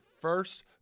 first